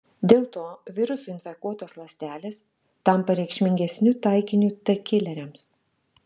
dėl to virusų infekuotos ląstelės tampa reikšmingesniu taikiniu t kileriams